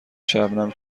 شبنم